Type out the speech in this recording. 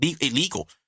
illegal